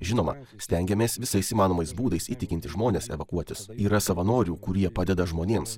žinoma stengiamės visais įmanomais būdais įtikinti žmones evakuotis yra savanorių kurie padeda žmonėms